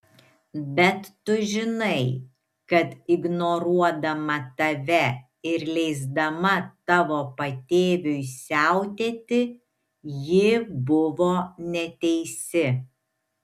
bet tu žinai kad ignoruodama tave ir leisdama tavo patėviui siautėti ji buvo neteisi